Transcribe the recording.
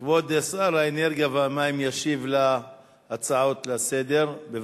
כבוד שר האנרגיה והמים ישיב להצעות לסדר-היום.